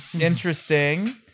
Interesting